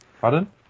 Pardon